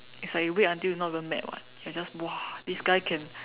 it's like you wait until not even mad [what] can just !wah! this guy can